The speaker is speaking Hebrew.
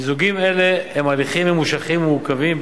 מיזוגים אלה הם הליכים ממושכים ומורכבים,